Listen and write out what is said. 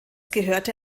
gehörte